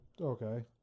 Okay